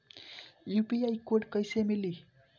UPI code कैसे मिली?